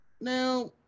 now